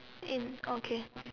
in okay